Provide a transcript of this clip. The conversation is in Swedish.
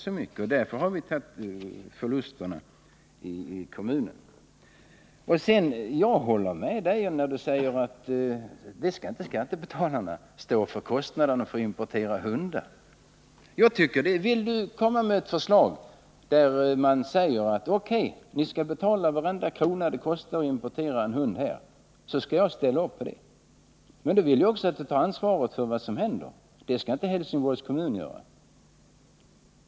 Sedan håller jag med jordbruksministern när han säger att skattebetalarna inte skall stå för kostnaderna för import av hundar. Vill jordbruksministern komma med ett förslag som innebär att hundimportörerna skall betala varenda krona det kostar att ta in en hund, så skall jag ställa upp för det förslaget. Men då vill jag att jordbruksministern också tar ansvaret för vad som händer — det skall inte Helsingborgs kommun göra.